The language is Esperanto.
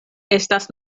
estas